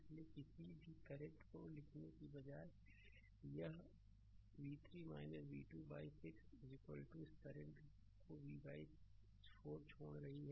इसलिए किसी भी करंट को लिखने के बजाय यह v3 v2 बाइ 6 इस करंट को v 4 छोड़ रही है